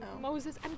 moses